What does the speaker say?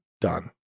done